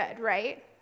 right